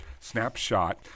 snapshot